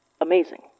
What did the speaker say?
amazing